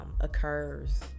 occurs